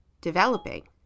developing